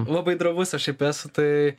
labai drovus aš šiaip esu tai